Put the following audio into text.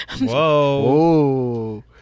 Whoa